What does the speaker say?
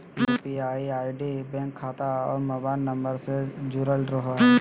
UPI ID bank खाता और mobile number से से जुरल रहो हइ